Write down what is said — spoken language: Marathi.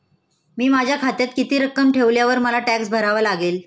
मी माझ्या खात्यात किती रक्कम ठेवल्यावर मला टॅक्स भरावा लागेल?